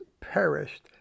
perished